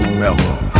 mellow